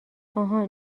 آهان